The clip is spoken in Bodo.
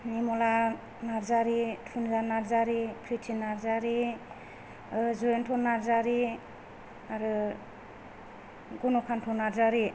निरमला नार्जारी थुनजा नार्जारी प्रिति नार्जारी जयन्त नार्जारी आरो गनकान्त नार्जारी